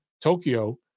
Tokyo